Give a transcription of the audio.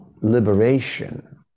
liberation